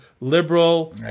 liberal